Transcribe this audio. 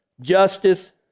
justice